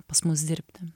pas mus dirbti